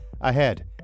Ahead